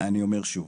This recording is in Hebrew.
אני אומר שוב: